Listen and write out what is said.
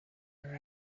her